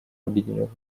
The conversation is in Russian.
объединенных